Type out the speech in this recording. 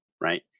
right